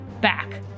back